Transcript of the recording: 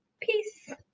Peace